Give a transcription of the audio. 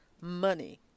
Money